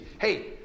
Hey